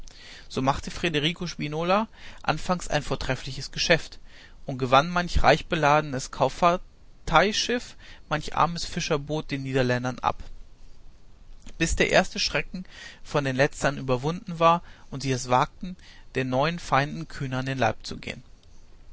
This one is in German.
so machte federigo spinola anfangs ein vortreffliches geschäft und gewann manch reichbeladenes kauffahrteischiff manch armes fischerboot den niederländern ab bis der erste schrecken von den letzteren überwunden war und sie es wagten den neuen feinden kühner an den leib zu gehen